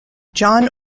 john